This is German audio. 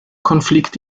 konflikt